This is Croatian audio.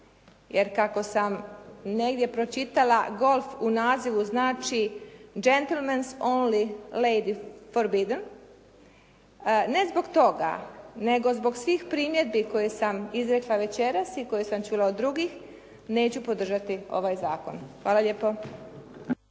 jer kako sam negdje pročitala, golf u nazivu znači "gentlemens only, ladies forbidden", ne zbog toga, nego zbog svih primjedbi koje sam izrekla večeras i koje sam čula od drugih, neću podržati ovaj zakon. Hvala lijepo.